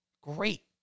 Great